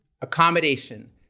Accommodation